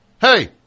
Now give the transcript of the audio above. Hey